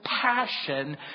passion